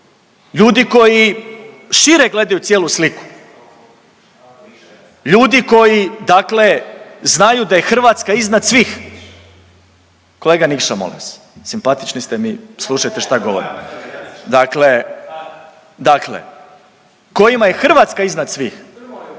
ljudi koji šire gledaju cijelu sliku, ljudi koji dakle znaju da je Hrvatska iznad svih, kolega Nikša molim vas, simpatični ste mi, slušajte šta govorim, dakle, dakle kojima je Hrvatska iznad svih…